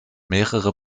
mehrere